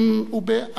ובאנאפוליס.